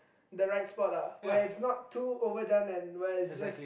the right spot ah where it's not too overdone and where it's just